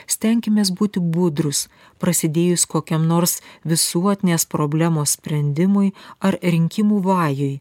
stenkimės būti budrūs prasidėjus kokiam nors visuotinės problemos sprendimui ar rinkimų vajui